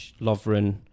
Lovren